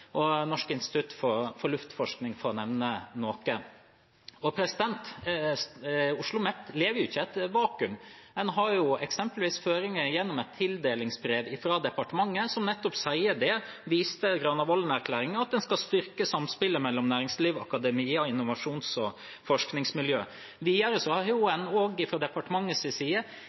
og Norsk institutt for luftforskning – for å nevne noen. OsloMet lever ikke i et vakuum. Man har eksempelvis føringer gjennom tildelingsbrevet fra departementet, som nettopp sier – og viser til Granavolden-plattformen – at man skal styrke samspillet mellom næringsliv, akademia og innovasjons- og forskningsmiljø. Videre har man også fra departementets side inngått en utviklingsavtale med institusjonen. Mener statsråden at en nedlegging på Kjeller vil være i